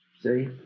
See